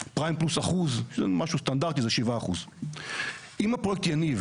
פריים+1% משהו סטנדרטי זה 7%. אם הפרויקט יניב